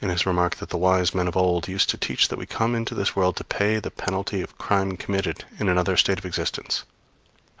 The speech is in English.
in his remark that the wise men of old used to teach that we come into this world to pay the penalty of crime committed in another state of existence